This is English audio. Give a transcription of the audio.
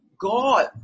God